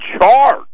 charge